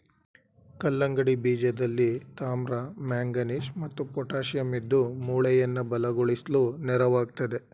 ಕಲ್ಲಂಗಡಿ ಬೀಜದಲ್ಲಿ ತಾಮ್ರ ಮ್ಯಾಂಗನೀಸ್ ಮತ್ತು ಪೊಟ್ಯಾಶಿಯಂ ಇದ್ದು ಮೂಳೆಯನ್ನ ಬಲಗೊಳಿಸ್ಲು ನೆರವಾಗ್ತದೆ